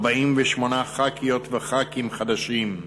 48 ח"כיות וח"כים חדשים.